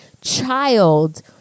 child